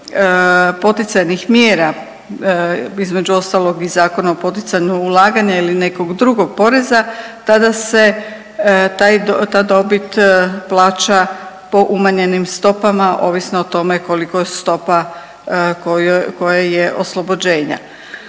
poticajnih mjera između ostalog i Zakona o poticanju ulaganja ili nekog drugog poreza tada se ta dobit plaća po umanjenim stopama ovisno o tome koliko je stopa koja je oslobođenja.